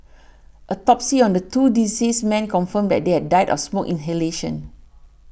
autopsies on the two deceased men confirmed that they had died of smoke inhalation